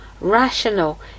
rational